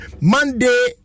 Monday